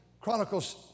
Chronicles